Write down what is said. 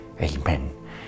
Amen